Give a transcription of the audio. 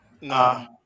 Nah